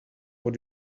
what